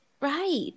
right